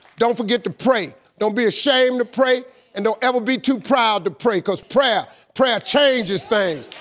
don't forget to pray, don't be ashamed to pray and don't ever be too proud to pray cause prayer, prayer changes things.